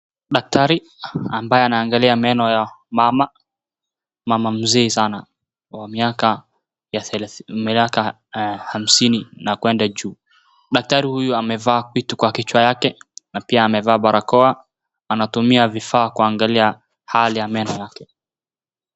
Daktari ambaye anaangalia meno ya mama. Mama mzee sana wa miaka hamsini kwenda juu. Daktari huyu amevaa kitu kwa kichwa yake na pia amevaa barakoa anatumia vifaa kuangalia hali ya meno yake.